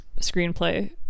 screenplay